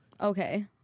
Okay